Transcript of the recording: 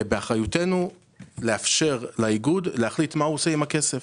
באחריותנו לאפשר לאיגוד להחליט מה הוא עושה עם הכסף.